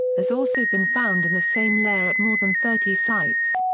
has also been found in the same layer at more than thirty sites.